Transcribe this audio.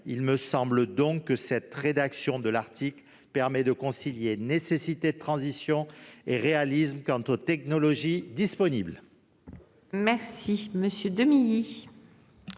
Il me semble donc que la rédaction de l'article 30 permet de concilier nécessité de transition et réalisme quant aux technologies disponibles.